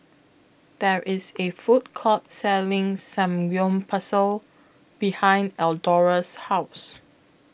There IS A Food Court Selling Samgeyopsal behind Eldora's House